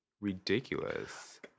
ridiculous